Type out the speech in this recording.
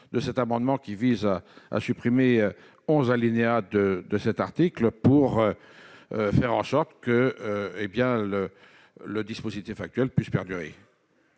de cet amendement qui vise à supprimer 11 alinéa 2 de cet article pour faire en short que hé bien le le dispositif actuel puisse perdurer.